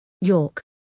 York